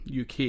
UK